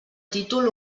títol